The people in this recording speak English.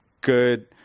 good